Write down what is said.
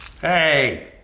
Hey